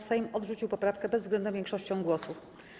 Sejm odrzucił poprawkę bezwzględną większością głosów.